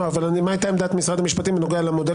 מה הייתה עמדת משרד המשפטים בנוגע למודל